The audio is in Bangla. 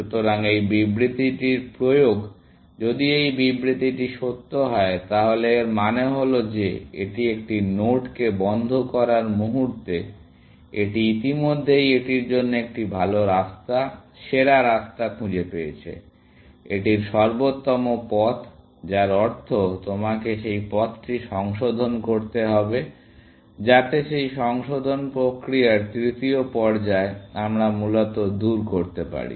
সুতরাং এই বিবৃতিটির প্রয়োগ যদি এই বিবৃতিটি সত্য হয় তাহলে এর মানে হল যে এটি একটি নোডকে বন্ধ করার মুহুর্তে এটি ইতিমধ্যেই এটির জন্য একটি ভাল রাস্তা সেরা রাস্তা খুঁজে পেয়েছে এটির সর্বোত্তম পথ যার অর্থ তোমাকে সেই পথটি সংশোধন করতে হবে যাতে সেই সংশোধন প্রক্রিয়ার তৃতীয় পর্যায় আমরা মূলত দূর করতে পারি